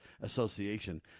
Association